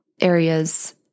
areas